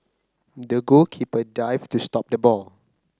the goalkeeper dived to stop the ball